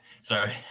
Sorry